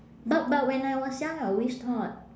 but but when I was young I always thought